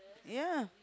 ya